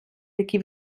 які